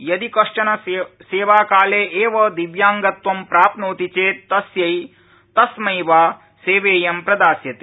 यदि कश्चन सेवाकाले एव दिव्यांगत्वम् प्राप्नोति चेत् तस्यै तस्मै वा सेवेयं प्रदास्यते